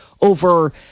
over